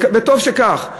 וטוב שכך.